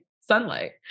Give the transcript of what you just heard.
sunlight